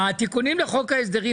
התיקונים לחוק ההסדרים,